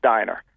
Diner